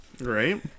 Right